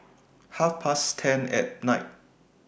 Half Past ten At Night